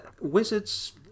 wizards